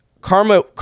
karma